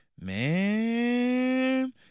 man